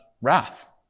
wrath